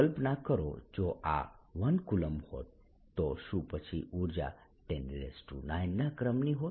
કલ્પના કરો જો આ 1 કુલંબ હોત તો શુંપછી ઊર્જા 109 ના ક્રમની હોત